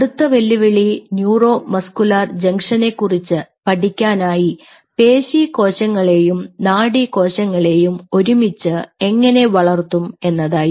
അടുത്ത വെല്ലുവിളി neuro muscular ജംഗ്ഷനെ കുറിച്ച് പഠിക്കാനായി പേശികോശങ്ങളെയും നാഡീകോശങ്ങളെയും ഒരുമിച്ച് എങ്ങനെ വളർത്തും എന്നതായിരുന്നു